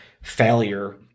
failure